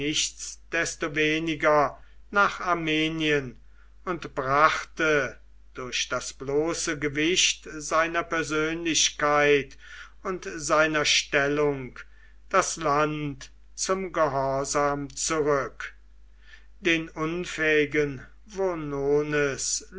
nach armenien und brachte durch das bloße gewicht seiner persönlichkeit und seiner stellung das land zum gehorsam zurück den unfähigen